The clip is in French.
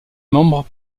membres